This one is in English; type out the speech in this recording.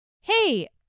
Hey